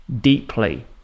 deeply